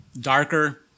darker